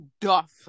duff